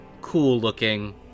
cool-looking